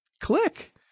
click